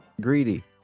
Greedy